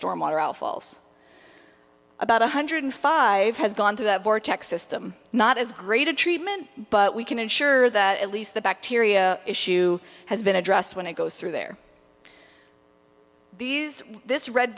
storm water outfalls about one hundred five has gone through that vortex system not as great a treatment but we can ensure that at least the bacteria issue has been addressed when it goes through there these this red